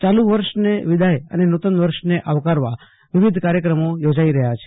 ચાલુ વર્ષને વિદાય અને નુતન વર્ષને આવકારવા વિવિધ કાર્યક્રમો યોજાઈ રહ્યા છે